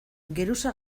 geruza